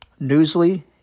Newsly